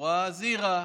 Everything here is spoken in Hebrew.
בצורה זהירה,